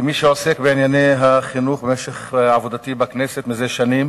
כמי שעוסק בענייני החינוך במשך עבודתי בכנסת זה שנים,